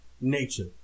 nature